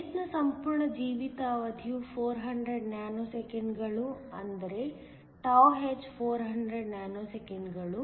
base ನ ಸಂಪೂರ್ಣ ಜೀವಿತಾವಧಿಯು 400 ನ್ಯಾನೋಸೆಕೆಂಡ್ಗಳು ಅಂದರೆ τh 400 ನ್ಯಾನೋಸೆಕೆಂಡ್ಗಳು